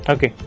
Okay